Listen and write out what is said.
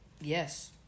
Yes